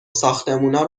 ساختمونا